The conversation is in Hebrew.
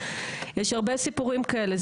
יש הרבה סיפורים כאלה.